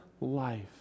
life